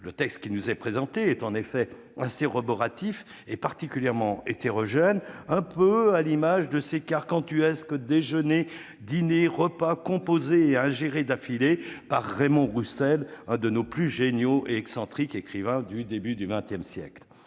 le texte qui nous est présenté est assez roboratif et particulièrement hétérogène, un peu à l'image des gargantuesques déjeuners-diners-repas composés et ingérés d'affilée par Raymond Roussel, l'un de nos plus géniaux et excentriques écrivains du début du XX siècle.